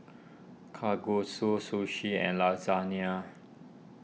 Kalguksu Sushi and Lasagna